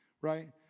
right